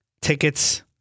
tickets